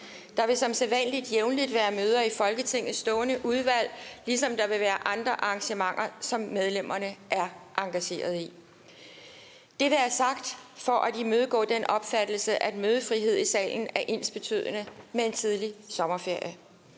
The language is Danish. Der vil som sædvanlig jævnligt været møder i Folketingets stående udvalg, ligesom der vil være andre arrangementer, som medlemmerne er engageret i. Dette er sagt for at imødegå den opfattelse, at mødefrihed i salen er ensbetydende med en tidlig sommerferie.